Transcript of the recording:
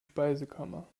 speisekammer